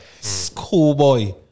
Schoolboy